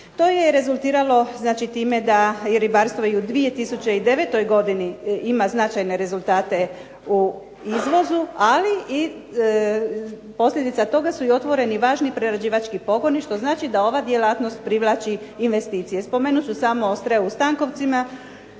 To je rezultiralo tima da ribarstvo u 2009. godini ima značajne rezultate u izvozu, ali i posljedica su toga otvoreni važni prerađivački pogoni, što znači da ova djelatnost privlači investicije. Spomenut ću samo Ostreu u Stnkovcima